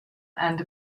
and